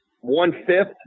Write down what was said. one-fifth